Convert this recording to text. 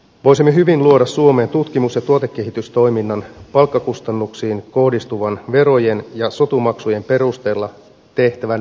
voisimme hyvin luoda suomeen tutkimus ja tuotekehitystoiminnan palkkakustannuksiin kohdistuvan verojen ja sotumaksujen perusteella tehtävän verohyvityksen